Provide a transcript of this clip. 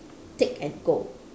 take and go